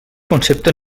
concepte